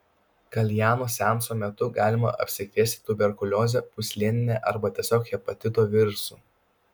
kaljano seanso metu galima apsikrėsti tuberkulioze pūsleline arba tiesiog hepatito virusu